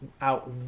out